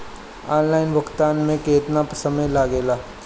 Online भुगतान में केतना समय लागेला?